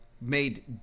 made